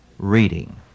reading